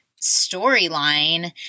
storyline